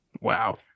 Wow